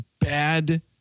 bad